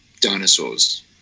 dinosaurs